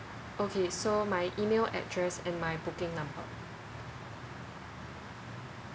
okay so my email address and my booking number